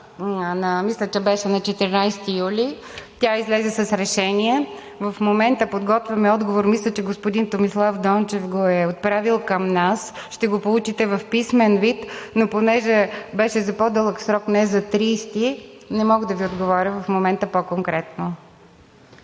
мисля, че беше на 14 юли и тя излезе с решение. В момента подготвяме отговор. Мисля, че господин Томислав Дончев го е отправил към нас, ще го получите в писмен вид, но понеже беше за по-дълъг срок, не за 30-и, не мога да Ви отговоря в момента по конкретно.